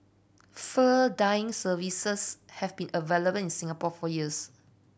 fur dyeing services have been available in Singapore for years